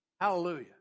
Hallelujah